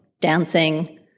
dancing